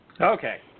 Okay